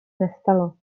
nestalo